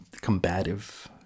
combative